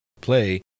play